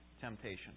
temptation